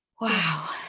wow